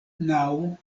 naŭ